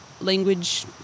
language